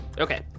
Okay